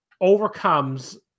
overcomes